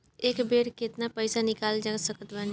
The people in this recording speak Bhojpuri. एक बेर मे केतना पैसा निकाल सकत बानी?